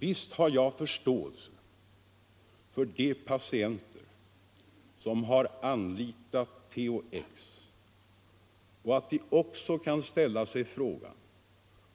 Visst har jag förståelse för de patienter som har anlitat THX och nu ställer sig frågan